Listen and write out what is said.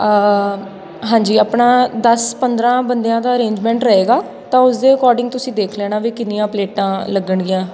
ਹਾਂਜੀ ਆਪਣਾ ਦਸ ਪੰਦਰਾਂ ਬੰਦਿਆਂ ਦਾ ਅਰੇਂਜਮੈਂਟ ਰਹੇਗਾ ਤਾਂ ਉਸ ਦੇ ਅਕੋਰਡਿੰਗ ਤੁਸੀਂ ਦੇਖ ਲੈਣਾ ਵੀ ਕਿੰਨੀਆਂ ਪਲੇਟਾਂ ਲੱਗਣਗੀਆਂ